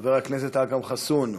חבר הכנסת אכרם חסון,